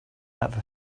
have